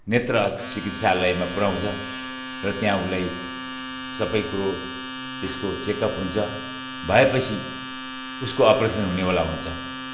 नेत्र चिकित्सालयमा पुर्याउँछ र त्यहाँ उसलाई सबै कुरो त्यसको चेकअप हुन्छ भएपछि उसको अपरेसन हुनेवाला हुन्छ